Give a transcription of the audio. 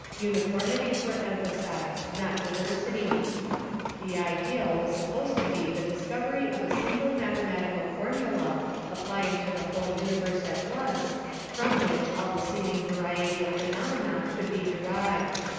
uniformities were emphasized, not diversities the ideal was supposed to be the discovery of a single mathematical formula applying to the whole universe at once from which all the seeming variety of phenomena could be derived.